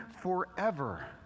forever